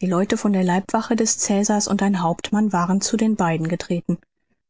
die leute von der leibwache des cäsars und ein hauptmann waren zu den beiden getreten